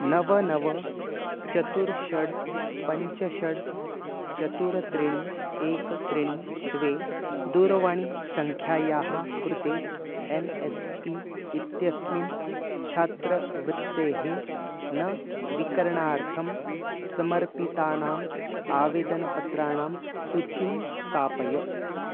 नव नव चत्वारि षड् पञ्च षड् चत्वारि त्रीणि एकं त्रीणि द्वे दूरवाणीसङ्ख्यायाः कृते एन् एस् पी इत्यस्मिन् छात्रवृत्तेः न विकरणार्थं समर्पितानाम् आवेदनपत्राणां सूचीं स्थापय